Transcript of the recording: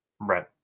Right